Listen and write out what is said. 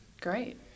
great